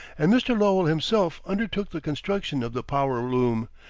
and mr. lowell himself undertook the construction of the power loom,